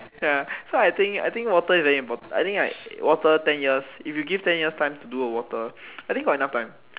ya so I think I think water is very important I think like water ten years if you give ten years time to do water I think got enough time